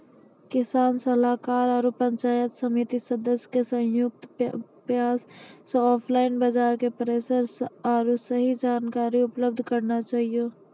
किसान सलाहाकार आरु पंचायत समिति सदस्य के संयुक्त प्रयास से ऑनलाइन बाजार के प्रसार आरु सही जानकारी उपलब्ध करना चाहियो?